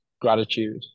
gratitude